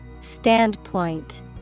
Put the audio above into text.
Standpoint